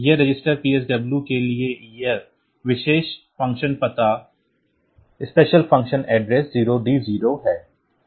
इस register PSW के लिए यह विशेष फ़ंक्शन पता 0D0h है